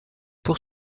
pour